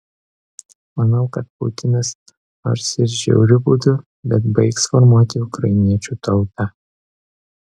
manau kad putinas nors ir žiauriu būdu bet baigs formuoti ukrainiečių tautą